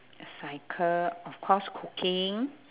cycle of course cooking